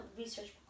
research